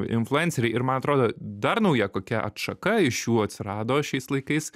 influenceriai ir man atrodo dar nauja kokia atšaka iš jų atsirado šiais laikais